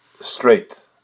straight